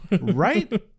Right